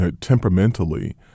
temperamentally